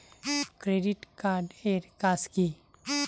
Credit card এর কাজ কি?